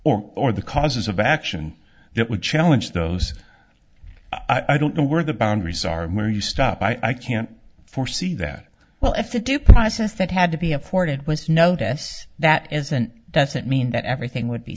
or or the causes of action that would challenge those i don't know where the boundaries are and where you stop i can't foresee that well if the due process that had to be afforded was notice that isn't doesn't mean that everything would be